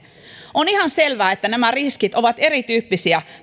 on ihan selvää että nämä riskit ovat erityyppisiä